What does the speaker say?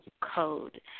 code